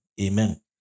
amen